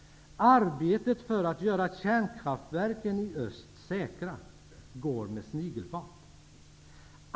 Arbetet med att göra kärnkraftverken i öst säkra går med snigelfart.